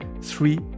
three